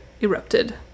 erupted